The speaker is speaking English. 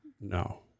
No